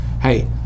hey